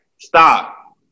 stop